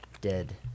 Dead